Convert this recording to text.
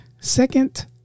second